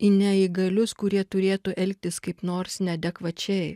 į neįgalius kurie turėtų elgtis kaip nors neadekvačiai